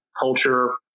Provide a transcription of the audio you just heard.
culture